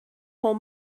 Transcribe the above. whole